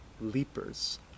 leapers